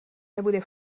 nebude